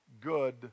good